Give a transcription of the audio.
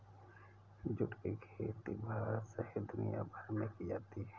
जुट की खेती भारत सहित दुनियाभर में की जाती है